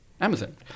Amazon